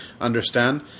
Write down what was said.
understand